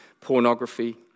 pornography